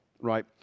right